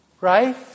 right